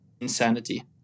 insanity